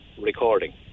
recording